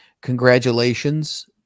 congratulations